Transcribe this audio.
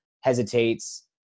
hesitates